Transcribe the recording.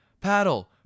Paddle